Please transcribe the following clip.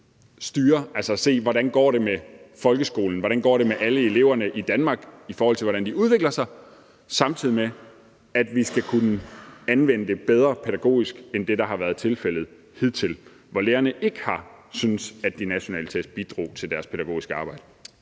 altså se, hvordan det går med folkeskolen og alle eleverne i Danmark, i forhold til hvordan de udvikler sig, samtidig med at vi skal kunne anvende det bedre pædagogisk end det, der har været tilfældet hidtil, hvor lærerne ikke har syntes, at de nationale test bidrog til deres pædagogiske arbejde.